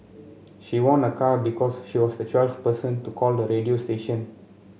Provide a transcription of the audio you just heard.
she won a car because she was the twelfth person to call the radio station